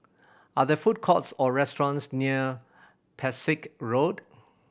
are there food courts or restaurants near Pesek Road